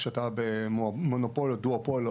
כשאתה במונופול או דואפול,